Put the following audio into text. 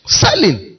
selling